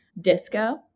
Disco